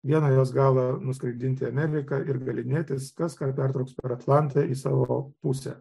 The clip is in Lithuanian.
vieną jos galą nuskraidinti į ameriką ir galynėtis kas ką pertrauks per atlantą į savo pusę